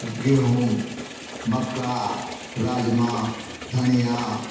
गेहूँ मक्का राजमा धनियाँ